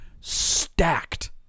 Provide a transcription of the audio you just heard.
Stacked